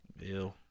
Ew